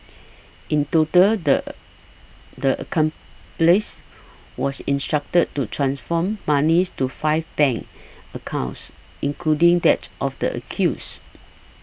in total the the a come place was instructed to transfer monies to five bank accounts including that of the accused